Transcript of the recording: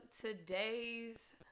today's